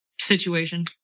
situation